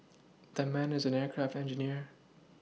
that man is an aircraft engineer